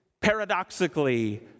paradoxically